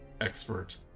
expert